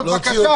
בבקשה,